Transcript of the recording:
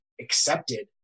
accepted